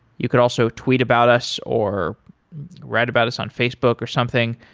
you could also tweet about us or write about us on facebook or something.